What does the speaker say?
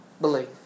believe